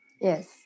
Yes